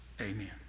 Amen